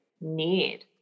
need